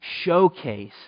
showcase